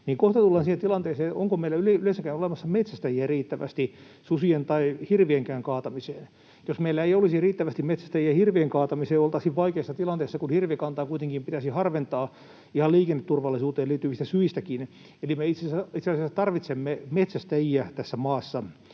kohta tullaan siihen tilanteeseen, onko meillä yleensäkään olemassa metsästäjiä riittävästi susien tai hirvienkään kaatamiseen. Jos meillä ei olisi riittävästi metsästäjiä hirvien kaatamiseen, oltaisiin vaikeassa tilanteessa, kun hirvikantaa kuitenkin pitäisi harventaa ihan liikenneturvallisuuteenkin liittyvistä syistä. Eli me itse asiassa tarvitsemme metsästäjiä tässä maassa,